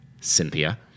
Cynthia